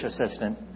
assistant